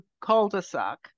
cul-de-sac